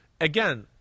again